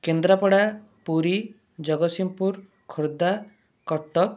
Kendrapara Puri Jagatsinghpur Khordha Cuttack